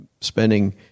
spending